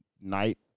night